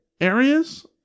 areas